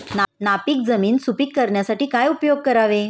नापीक जमीन सुपीक करण्यासाठी काय उपयोग करावे?